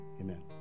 Amen